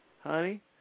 Honey